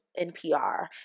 NPR